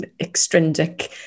extrinsic